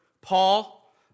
Paul